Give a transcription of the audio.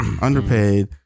underpaid